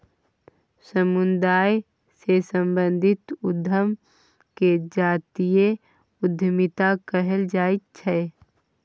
समुदाय सँ संबंधित उद्यम केँ जातीय उद्यमिता कहल जाइ छै